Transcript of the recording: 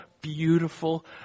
beautiful